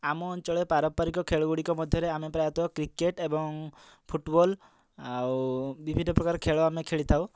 ଆମ ଅଞ୍ଚଳରେ ପାରମ୍ପରିକ ଖେଳ ଗୁଡ଼ିକ ମଧ୍ୟରେ ଆମେ ପ୍ରାୟତଃ କ୍ରିକେଟ୍ ଏବଂ ଫୁଟବଲ୍ ଆଉ ବିଭିନ୍ନ ପ୍ରକାର ଖେଳ ଆମେ ଖେଳିଥାଉ